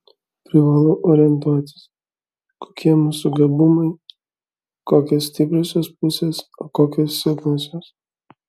privalau orientuotis kokie mūsų gabumai kokios stipriosios pusės o kokios silpnosios